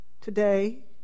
Today